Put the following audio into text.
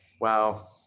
wow